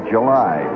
July